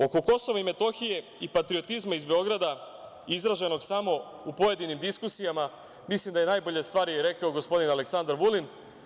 Oko Kosova i Metohije i patriotizma iz Beograda izraženog samo u pojedinim diskusijama, mislim da je najbolje stvari rekao gospodin Aleksandar Vulin.